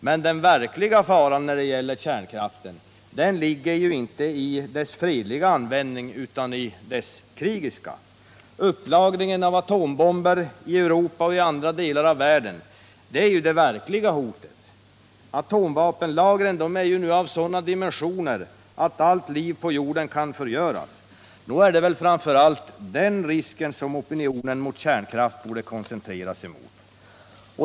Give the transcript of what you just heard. Men den verkliga faran när det gäller kärnkraften ligger inte i dess fredliga utan i dess militära användning. Upplagringen av atombomber i Europa och i andra delar av världen är ju det verkliga hotet. Atomvapenlagren har ju nu sådana dimensioner att de kan förgöra allt liv på jorden. Det borde väl då framför allt vara mot den risken som opinionen mot kärnkraften skulle koncentreras.